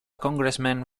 congressman